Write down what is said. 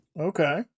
Okay